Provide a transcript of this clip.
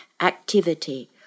activity